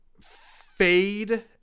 fade